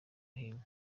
hino